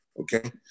Okay